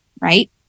right